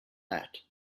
that